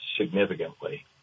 significantly